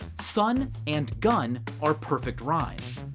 sun and gun are perfect rhymes.